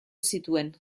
zituen